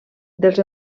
dels